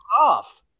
off